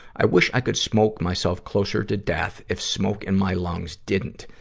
i wish i could smoke myself closer to death, if smoke in my lungs didn't.